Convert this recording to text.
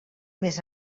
més